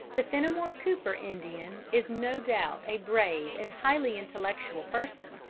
the fenimore cooper indian is no doubt a brave and highly intellectual person,